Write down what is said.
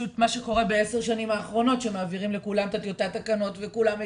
אבל בעשר השנים האחרונות מעבירים לכולם את טיוטת התקנות וכולם מגיבים.